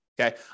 Okay